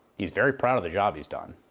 he's very proud of the job he's done.